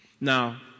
Now